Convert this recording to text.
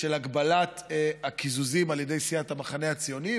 של הגבלת הקיזוזים על ידי סיעת המחנה הציוני,